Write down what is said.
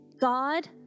God